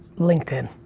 linkedin.